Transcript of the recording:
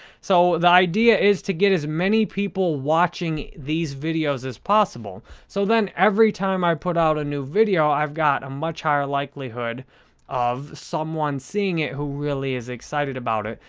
so, the idea is to get as many people watching these videos as possible, so then every time i put out a new video i've got a much higher likelihood of someone seeing it who really is excited about it.